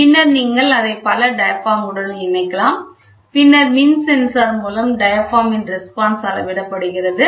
பின்னர் நீங்கள் அதை பல டயாபிராம் களுடன் இணைக்கலாம் பின்னர் மின் சென்சார் மூலம் டயாபிராம் ன் ரெஸ்பான்ஸ் அளவிடப்படுகிறது